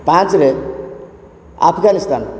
ପାଞ୍ଚରେ ଆଫଗାନିସ୍ତାନ